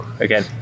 again